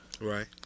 Right